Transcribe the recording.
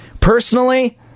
Personally